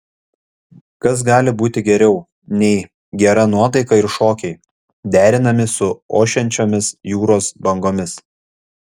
kas gali būti geriau nei gera nuotaika ir šokiai derinami su ošiančiomis jūros bangomis